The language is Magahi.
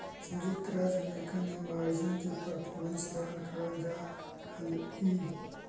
संयुक्त राज्य अमेरिका में मार्जिन के परफॉर्मेंस बांड कहल जा हलई